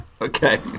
Okay